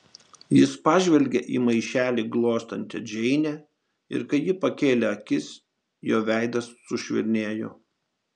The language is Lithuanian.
jis pažvelgė į maišelį glostančią džeinę ir kai ji pakėlė akis jo veidas sušvelnėjo